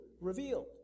Revealed